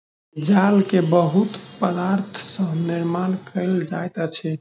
जाल के बहुत पदार्थ सॅ निर्माण कयल जाइत अछि